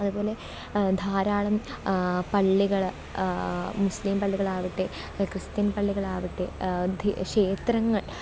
അതേപോലെ ധാരാളം പള്ളികൾ മുസ്ലിം പള്ളികളാവട്ടെ ക്രിസ്ത്യൻ പള്ളികളാവട്ടെ ക്ഷേത്രങ്ങൾ